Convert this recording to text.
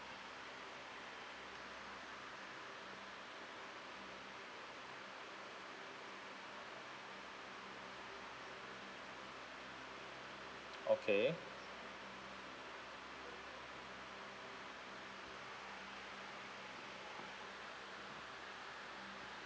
okay